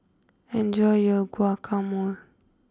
enjoy your Guacamole